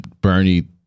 Bernie